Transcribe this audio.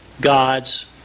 God's